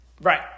Right